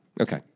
Okay